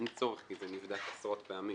אין צורך, זה נבדק עשרות פעמים